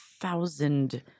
thousand